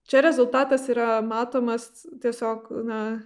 čia rezultatas yra matomas tiesiog na